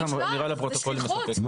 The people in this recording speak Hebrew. אמירה לפרוטוקול מספקת.